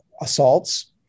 assaults